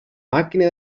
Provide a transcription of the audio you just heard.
màquina